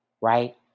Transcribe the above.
Right